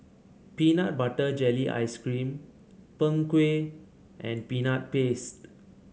Peanut Butter Jelly Ice cream Png Kueh and Peanut Paste